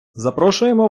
запрошуємо